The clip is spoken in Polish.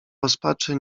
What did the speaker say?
rozpaczy